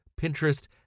Pinterest